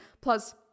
Plus